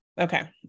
okay